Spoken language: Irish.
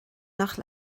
nach